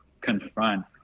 confront